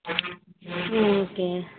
ம் ஓகே